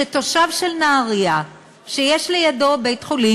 שתושב נהריה שיש בעירו בית-חולים,